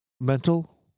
Mental